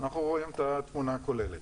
אנחנו רואים את התמונה הכוללת.